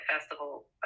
festival